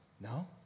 No